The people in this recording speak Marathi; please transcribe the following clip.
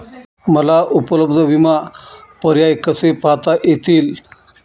मला उपलब्ध विमा पर्याय कसे पाहता येतील?